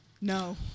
No